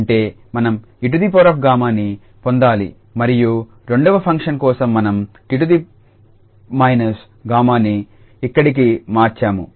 అంటే మనం 𝑒𝜏ని పొందాలి మరియు రెండవ ఫంక్షన్ కోసం మనం 𝑡−𝜏 ని ఇక్కడి కి మార్చాము